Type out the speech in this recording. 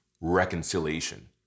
reconciliation